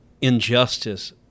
injustice